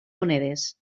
monedes